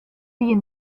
wie